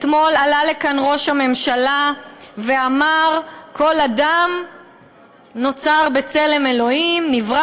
אתמול עלה לכאן ראש הממשלה ואמר: "כל אדם נברא בצלם